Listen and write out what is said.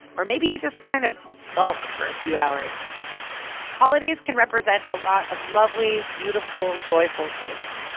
or maybe you just kind of sulk for a few hours holidays can represent a lot of lovely, beautiful, joyful things.